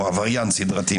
או עבריין סידרתי,